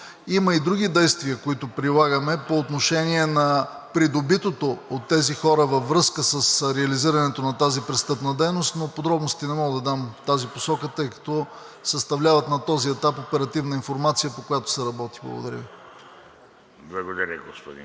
Има и други действия, които прилагаме по отношение на придобитото от тези хора във връзка с реализирането на престъпната дейност, но подробности не мога да дам в тази посока, тъй като съставляват на този етап оперативна информация, по която се работи. Благодаря Ви. ПРЕДСЕДАТЕЛ